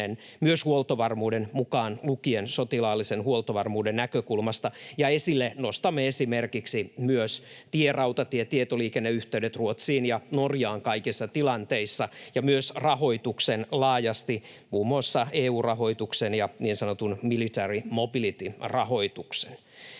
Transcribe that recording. myös huoltovarmuuden, mukaan lukien sotilaallisen huoltovarmuuden, näkökulmasta, ja esille nostamme esimerkiksi myös tie-, rautatie- ja tietoliikenneyhteydet Ruotsiin ja Norjaan kaikissa tilanteissa ja myös rahoituksen laajasti, muun muassa EU-rahoituksen ja niin sanotun military mobility ‑rahoituksen.